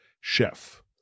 chef